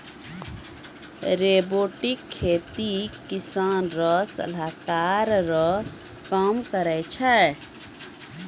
robotic खेती किसान रो सलाहकार रो काम करै छै